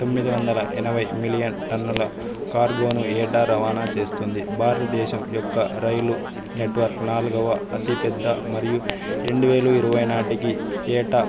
తొమ్మిది వందల ఎనభై మిలియన్ టన్నుల కార్గో ను ఏటా రవాణా చేస్తుంది భారతదేశం యొక్క రైలు నెట్వర్క్ నాలుగవ అతిపెద్ద మరియు రెండు వేలు ఇరవై నాటికి ఏటా